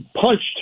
punched